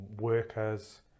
workers